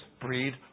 breed